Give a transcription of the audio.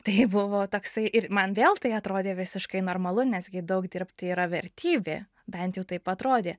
tai buvo toksai ir man vėl tai atrodė visiškai normalu nes gi daug dirbti yra vertybė bent jau taip atrodė